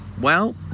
Well